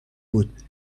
بود